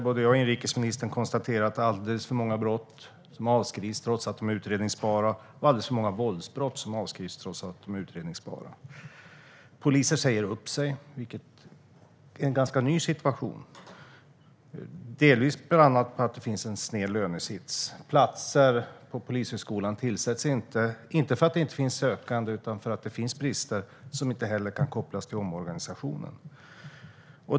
Både jag och inrikesministern har tidigare konstaterat att alldeles för många brott, även våldsbrott, avskrivs, trots att de är utredningsbara. Poliser säger upp sig, vilket är en ganska ny situation. Det beror delvis på en sned lönesits. Och platser på Polishögskolan tillsätts inte - inte på grund av för få sökande, utan på grund av brister som inte kan kopplas till omorganisationen.